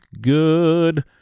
good